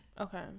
okay